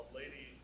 lady